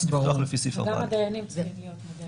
לפתוח לפי סעיף 4א. גם הדיינים צריכים להיות מודעים.